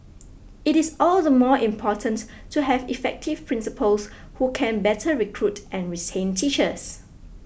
it is all the more important to have effective principals who can better recruit and retain teachers